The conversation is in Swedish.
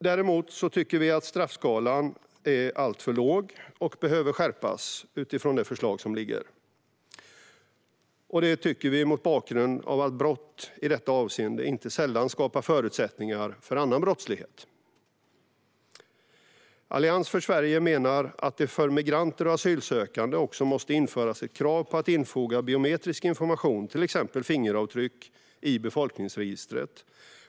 Däremot tycker vi att straffskalan är alltför låg och behöver skärpas utifrån det förslag som föreligger. Detta anser vi mot bakgrund av att brott i detta avseende inte sällan skapar förutsättningar för annan brottslighet. Allians för Sverige menar att det för migranter och asylsökande också måste införas ett krav på att infoga biometrisk information, till exempel fingeravtryck, i befolkningsregistret.